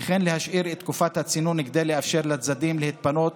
וכן להשאיר את תקופת הצינון כדי לאפשר לצדדים להתפנות